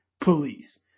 police